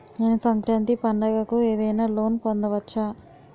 నేను సంక్రాంతి పండగ కు ఏదైనా లోన్ పొందవచ్చా?